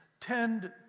tend